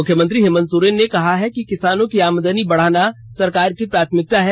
मुख्यमंत्री हेमंत सोरेन ने कहा कि किसानों की आमदनी बढ़ाना सरकार की प्राथमिकता है